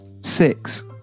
Six